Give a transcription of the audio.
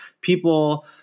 people